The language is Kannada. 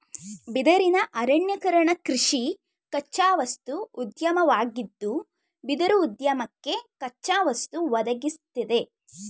ಬಿದಿರಿನ ಅರಣ್ಯೀಕರಣಕೃಷಿ ಕಚ್ಚಾವಸ್ತು ಉದ್ಯಮವಾಗಿದ್ದು ಬಿದಿರುಉದ್ಯಮಕ್ಕೆ ಕಚ್ಚಾವಸ್ತು ಒದಗಿಸ್ತದೆ